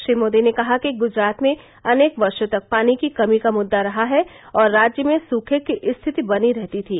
श्री मोदी ने कहा कि गुजरात में अनेक वर्षो तक पानी की कमी का मुद्दा रहा है और राज्य में सूखे की स्थिति बनी रहती थी